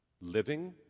living